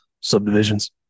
subdivisions